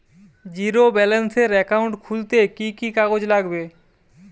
Zero ব্যালেন্সের account খুলতে কি কি কাগজ লাগবে?